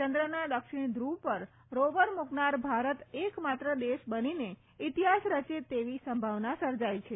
ચંદ્રના દક્ષિણ ધ્રૂવ પર રોવર મૂકનાર ભારત એકમાત્ર દેશ બનીને ઇતિફાસ રચે તેવી સંભાવના સર્જાઇ છે